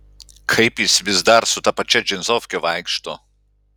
kaip jis vis dar su ta pačia džinsofke vaikšto